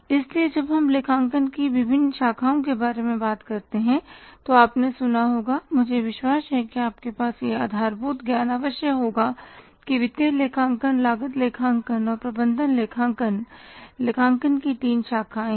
इसलिए जब हम लेखांकन की विभिन्न शाखाओं के बारे में बात करते हैं तो आपने सुना होगा मुझे विश्वास है कि आपके पास यह आधार भूत ज्ञान अवश्य होगा कि वित्तीय लेखांकन लागत लेखांकन और प्रबंधन लेखांकन लेखांकन की तीन शाखाएँ हैं